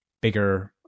bigger